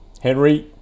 henry